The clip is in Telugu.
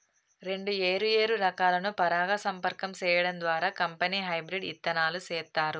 రెండు ఏరు ఏరు రకాలను పరాగ సంపర్కం సేయడం ద్వారా కంపెనీ హెబ్రిడ్ ఇత్తనాలు సేత్తారు